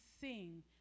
sing